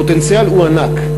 הפוטנציאל ענק,